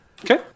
Okay